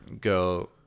go